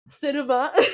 cinema